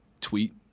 tweet